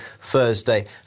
Thursday